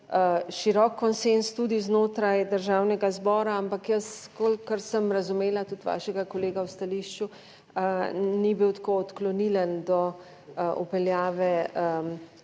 širok konsenz tudi znotraj Državnega zbora, ampak jaz, kolikor sem razumela tudi vašega kolega v stališču, ni bil tako odklonilen do vpeljave